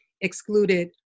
excluded